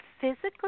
physically